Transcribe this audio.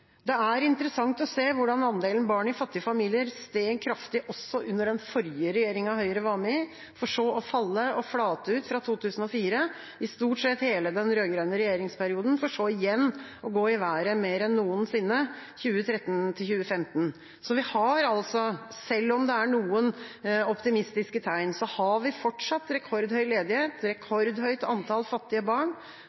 Det er interessant å se hvordan andelen barn i fattige familier steg kraftig også under den forrige regjeringa Høyre var med i, for så å falle og flate ut fra 2004 – i stort sett hele den rød-grønne regjeringsperioden – for så igjen å gå i været mer enn noensinne i 2013–2015. Selv om det er noen optimistiske tegn, har vi fortsatt rekordhøy ledighet,